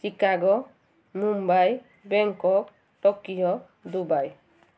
Chicago Mumbai Bangkok Tokyo Dubai